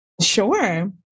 Sure